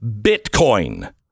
Bitcoin